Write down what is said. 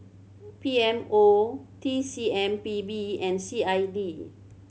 P M O T C M P B and C I D